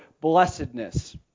blessedness